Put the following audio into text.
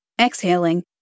Exhaling